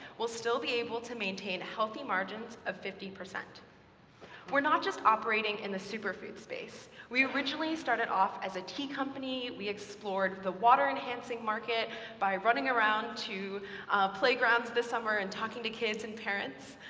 we'll still be able to maintain healthy margins of fifty. we're not just operating in the superfood space. we originally started off as a tea company, we explored the water-enhancing market by running around to playgrounds this summer and talking to kids and parents.